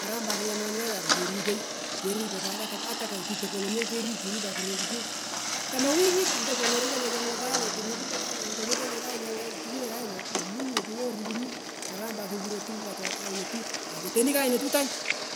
Karam pat kuyamnyenyu wechara kerikoi pat atokokitopo lone kenyikyini pat tomoloir pich ngutonyi lo tomerikanyinye tae chemangang tae lo tomekutenyi koine tometononyi kayne lo kikirunye kaya lo mominye kunyorikunyi karam pat kekuroi kugh pat kaynotut aketoni kaynotu tang